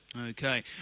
Okay